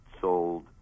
sold